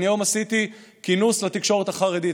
היום עשיתי כינוס לתקשורת החרדית.